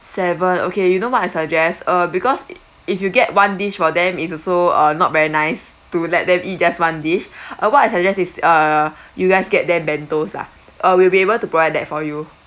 seven okay you know what I suggest uh because i~ if you get one dish for them is also uh not very nice to let them eat just one dish uh what I suggest is uh you guys get them bentos lah uh we will be able to get that for you